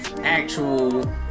actual